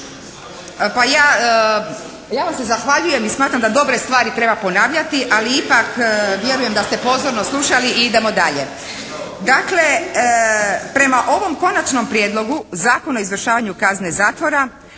ja, ja vam se zahvaljujem i smatram da dobre stvari treba ponavljati ali ipak vjerujem da ste pozorno slušali i idemo dalje. Dakle prema ovom Konačnom prijedlogu zakona o izvršavanju kazne zatvora